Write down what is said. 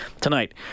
tonight